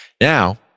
Now